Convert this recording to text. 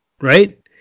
right